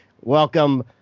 welcome